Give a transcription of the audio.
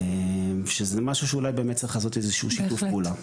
שזה משהו שאולי צריך לעשות איזשהו שיתוף פעולה,